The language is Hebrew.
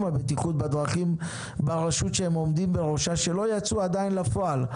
הבטיחות בדרכים ברשות שהם עומדים בראשה שלא יצאו עדיין לפועל.